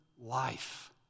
life